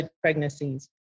pregnancies